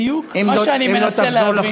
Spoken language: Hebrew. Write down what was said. בדיוק, את מה שאני מנסה להבין.